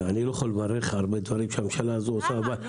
אני לא יכול לברך על הרבה דברים שהממשלה הזו עושה --- למה?